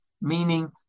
Meaning